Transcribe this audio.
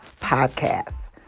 podcast